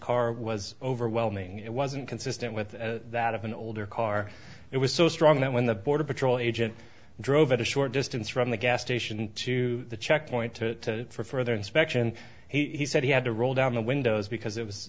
car was overwhelming it wasn't consistent with that of an older car it was so strong that when the border patrol agent drove a short distance from the gas station to the checkpoint to for further inspection he said he had to roll down the windows because it was